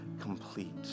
complete